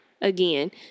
Again